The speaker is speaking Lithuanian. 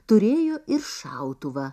turėjo ir šautuvą